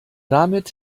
damit